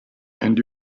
and